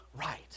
right